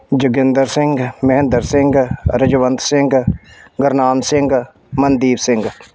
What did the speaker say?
Joginder Singh Mahinder Singh Rajwant Singh Gurnam Singh Mandeep Singh